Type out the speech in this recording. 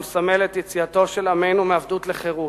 המסמל את יציאתו של עמנו מעבדות לחירות,